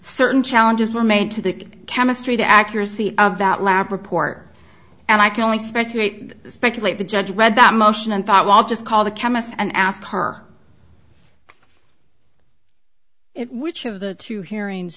certain challenges were made to the chemistry the accuracy of that lab report and i can only speculate speculate the judge read that motion and thought well i'll just call the chemist and ask her which of the two hearings